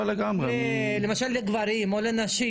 למשל לגברים או לנשים,